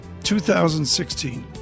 2016